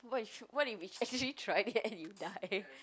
what if what if he's actually trying and you die